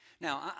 now